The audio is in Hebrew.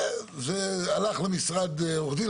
זה הלך למשרד עורך דין,